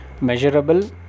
measurable